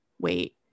wait